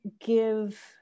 give